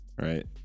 right